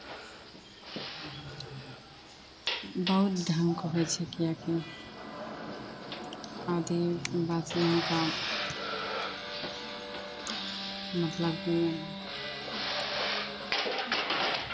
फेर खाना लए आबै रहै खानाबला दै रहै खाइ रहियै खाइ रहियै ओइक बाद हँ खेलै रहियै कूदै खेलै रहियै खेल मैडम आ सर जे सब खेलबाबै रहै आओर शनि शनिबारके इसकुलमे अन्तराक्षी आर होइ रहै सरजी मैडम सब साथ होइ